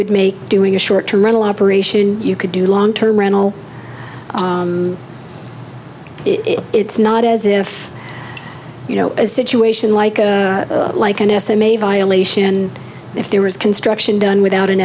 would make doing a short term rental operation you could do long term rental it's not as if you know a situation like a like an estimate violation if there is construction done without an